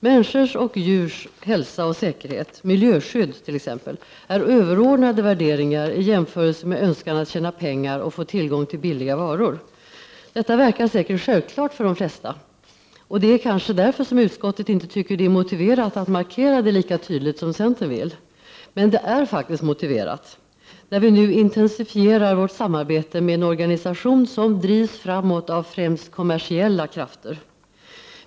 Människors och djurs hälsa och säkerhet, miljöskydd t.ex., är överordnade värderingar i jämförelse med önskan att tjäna pengar och få tillgång till billiga varor. Detta verkar självklart för de flesta, och det är kanske därför som utskottet inte anser att det är motiverat att markera det lika tydligt som centern vill. Men det är faktiskt motiverat, när vi nu intensifierar vårt samarbete med en organisation som drivs framåt av främst kommersiella krafter.